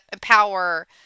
power